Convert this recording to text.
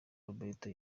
roberto